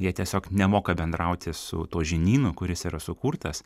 jie tiesiog nemoka bendrauti su tuo žinynu kuris yra sukurtas